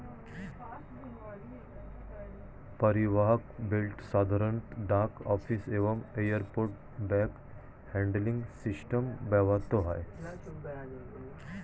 পরিবাহক বেল্ট সাধারণত ডাক অফিসে এবং এয়ারপোর্ট ব্যাগ হ্যান্ডলিং সিস্টেমে ব্যবহৃত হয়